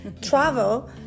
travel